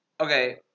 Okay